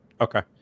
okay